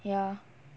ya